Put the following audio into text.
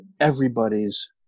everybody's